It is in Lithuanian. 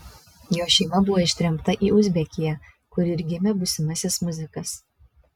jo šeima buvo ištremta į uzbekiją kur ir gimė būsimasis muzikas